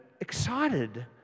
excited